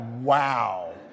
wow